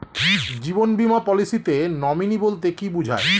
জীবন বীমা পলিসিতে নমিনি বলতে কি বুঝায়?